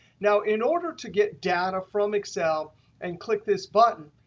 now, in order to get data from excel and click this button,